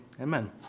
amen